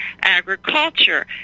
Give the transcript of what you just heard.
agriculture